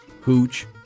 hooch